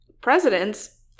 presidents